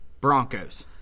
Broncos